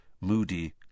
Moody